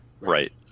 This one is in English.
Right